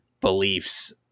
beliefs